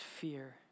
fear